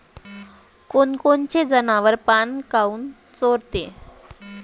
कोनकोनचे जनावरं पाना काऊन चोरते?